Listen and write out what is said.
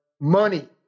money